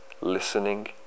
listening